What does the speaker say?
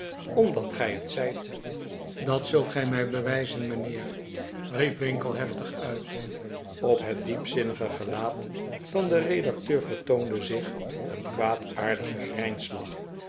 omdat gij het zijt dat zult gij mij bewijzen mijnheer riep winkle heftig uit op het diepzinhige gelaat van den redacteur vertoonde zich een kwaadaardige